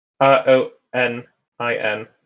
R-O-N-I-N